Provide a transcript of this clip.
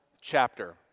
chapter